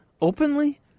openly